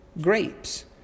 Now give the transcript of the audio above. grapes